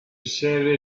said